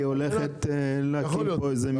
אחי, בקצב הזה היא הולכת להקים פה איזו מפלגה.